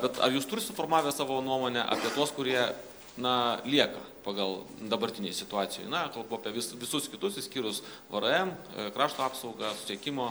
bet ar jūs turit suformavę savo nuomonę apie tuos kurie na lieka pagal dabartinėj situacijoj na kalbu apie vis visus kitus išskyrus vrm krašto apsaugą susiekimo